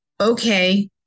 okay